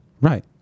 Right